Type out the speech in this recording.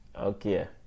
Okay